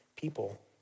people